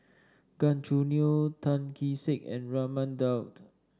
Gan Choo Neo Tan Kee Sek and Raman Daud